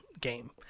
game